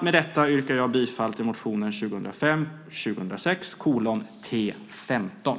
Med detta yrkar jag bifall till motion 2005/06:T15.